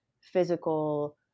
physical